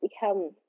become